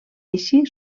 així